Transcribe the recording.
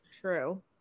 true